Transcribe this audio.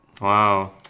wow